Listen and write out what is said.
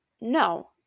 no